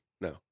No